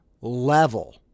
level